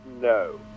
no